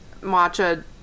matcha